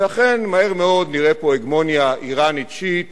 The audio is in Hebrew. ואכן, מהר מאוד נראה פה הגמוניה אירנית שיעית